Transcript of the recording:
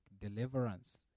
deliverance